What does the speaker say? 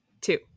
two